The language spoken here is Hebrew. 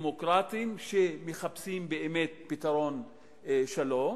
דמוקרטים שמחפשים באמת פתרון לשלום,